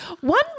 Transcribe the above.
One